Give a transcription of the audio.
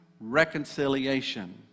reconciliation